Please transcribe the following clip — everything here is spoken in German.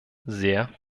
sehr